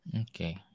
okay